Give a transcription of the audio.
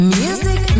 music